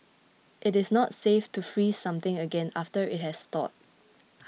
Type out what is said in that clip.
it is not safe to freeze something again after it has thawed